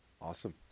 Awesome